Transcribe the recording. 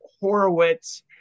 Horowitz